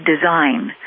design